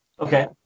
Okay